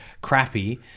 crappy